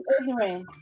ignorant